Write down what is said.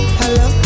hello